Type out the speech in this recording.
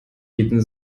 jeden